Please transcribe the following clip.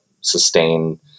sustain